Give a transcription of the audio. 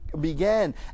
began